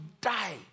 die